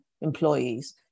employees